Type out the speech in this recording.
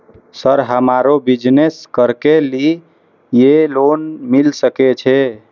Sir हमरो business करके ली ये लोन मिल सके छे?